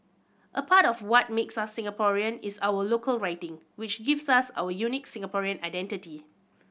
a part of what makes us Singaporean is our local writing which gives us our unique Singaporean identity